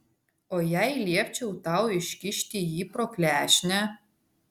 o jei liepčiau tau iškišti jį pro klešnę